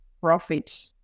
profit